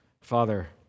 Father